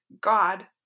God